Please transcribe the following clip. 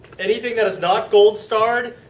anything that is not gold starred,